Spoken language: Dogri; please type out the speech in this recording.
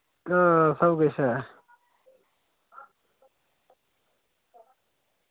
आं सबकिश ऐ